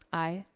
aye.